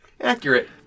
Accurate